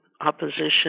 opposition